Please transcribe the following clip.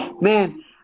Man